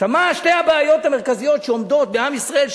מה שתי הבעיות המרכזיות שעומדות בעם ישראל,